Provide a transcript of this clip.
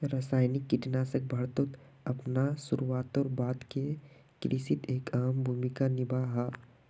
रासायनिक कीटनाशक भारतोत अपना शुरुआतेर बाद से कृषित एक अहम भूमिका निभा हा